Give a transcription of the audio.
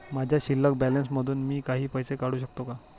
माझ्या शिल्लक बॅलन्स मधून मी काही पैसे काढू शकतो का?